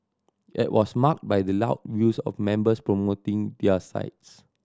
it was marked by the loud views of members promoting their sides